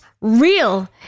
real